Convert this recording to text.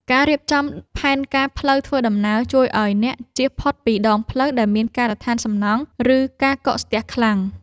ការរៀបចំផែនការផ្លូវធ្វើដំណើរ ជួយឱ្យអ្នកជៀសផុតពីដងផ្លូវដែលមានការដ្ឋានសំណង់ ឬការកកស្ទះខ្លាំង។